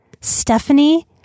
Stephanie